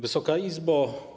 Wysoka Izbo!